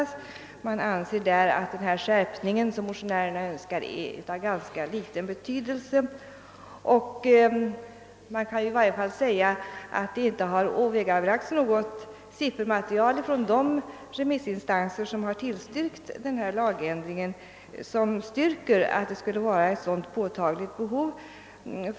Dessa remissorgan anser att den skärpning som motionärerna önskar är av ganska liten betydelse. I varje fall har det inte åvägabragts något siffermaterial från de remissinstanser som tillstyrkt denna lagändring som visar att det skulle finnas något påtagligt behov därav.